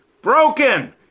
broken